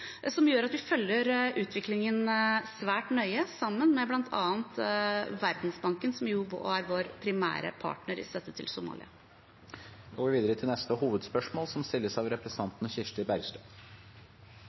Vi følger utviklingen svært nøye, sammen med bl.a. Verdensbanken, som er vår primære partner i støtte til Somalia. Vi går videre til neste hovedspørsmål.